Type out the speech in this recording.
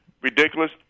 ridiculous